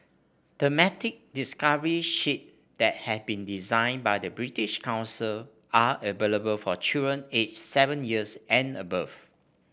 thematic discovery sheets that have been designed by the British Council are available for children aged seven years and above